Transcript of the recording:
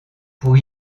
pour